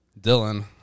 Dylan